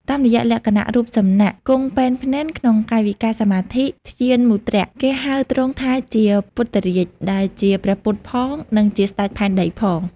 តាមរយៈលក្ខណៈរូបសំណាកគង់ពែនភ្នែនក្នុងកាយវិការសមាធិ (ធ្យានមុទ្រៈ) គេហៅទ្រង់ថាជា ពុទ្ធរាជ ដែលជាព្រះពុទ្ធផង និងជាស្តេចផែនដីផង។